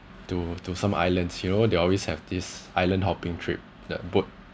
to to some islands you know they always have this island hopping trip the boat